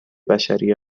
بشری